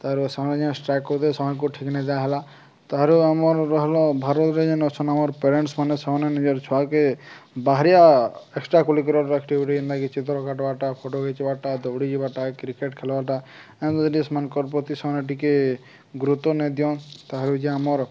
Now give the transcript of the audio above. ତା'ର୍ପରେ ସେମାନେ ଯେନ୍ ଷ୍ଟ୍ରାଇକ୍ କରୁଥିଲେ ସମୟକୁ ଠିକ୍ ନି ଦିଆହେଲା ତାହେରୁ ଆମର୍ ରହେଲା ଭାରତ୍ରେ ଯେନ୍ ଅଛନ୍ ଆମର୍ ପେରେଣ୍ଟ୍ସ୍ ମାନେ ସେମାନେ ନିଜର୍ ଛୁଆକେ ବାହାରିିବା ଏକ୍ସଟ୍ରା କରିକୁଲାର୍ ଆକ୍ଟିଭିଟି ଯେନ୍ତାକି ଚିତ୍ର କାଟ୍ବାର୍ଟା ଫୋଟୋ ଘିଚ୍ବାର୍ଟା ଦୌଡ଼ି ଯିବାର୍ଟା କ୍ରିକେଟ୍ ଖେଲ୍ବାର୍ଟା ଏନ୍ତା ଜିନିଷ୍ମାନ୍ଙ୍କର୍ ସେମାନେ ଟିକେ ଗୁରୁତ୍ୱ ନେଇ ଦିଅନ୍ ତାହେରୁ ଯେ ଆମର୍